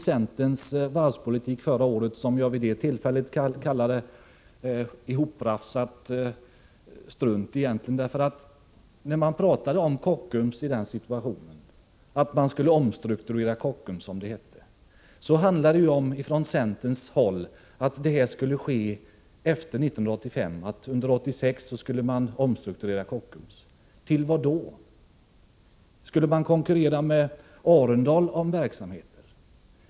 Centerns varvspolitik kallade jag då för ihoprafsat strunt. När man talade om en omstrukturering av Kockums, då menade man från centerns sida att detta skulle ske efter 1985. Under 1986 skulle Kockums omstruktureras. Till vad? Skulle man konkurrera med Arendals varv om verksamhet?